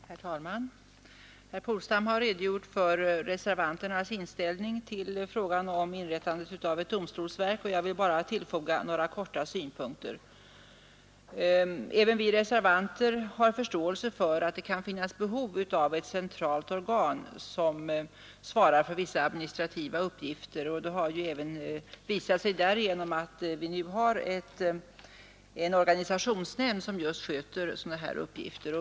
Herr talman! Herr Polstam har redogjort för reservanternas inställning till frågan om inrättandet av ett domstolsverk, och jag vill bara helt kort tillfoga några synpunkter. Även vi reservanter har förståelse för att det kan finnas behov av ett centralt organ som svarar för vissa administrativa uppgifter. Det har även visat sig därigenom att det redan finns en organisationsnämnd som just sköter dessa uppgifter.